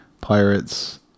Pirates